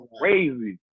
crazy